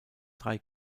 drei